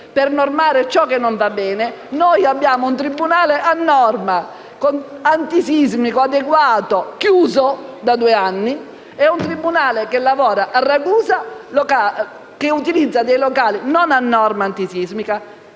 per normare ciò che non va bene, noi abbiamo un tribunale a norma, antisismico, adeguato, chiuso da due anni, e un tribunale che lavora a Ragusa, che utilizza locali non a norma antisismica,